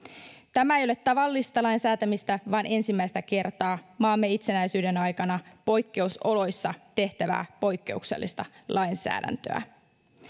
tämä ei ole tavallista lainsäätämistä vaan ensimmäistä kertaa maamme itsenäisyyden aikana poikkeusoloissa tehtävää poikkeuksellista lainsäädäntöä